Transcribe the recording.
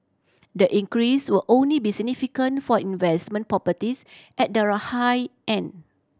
the increase will only be significant for investment properties at the high end